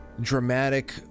dramatic